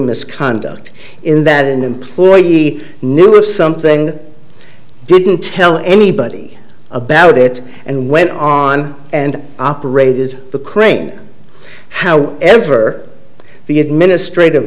misconduct in that employ he knew of something didn't tell anybody about it and went on and operated the crane how ever the administrative